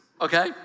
okay